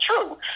true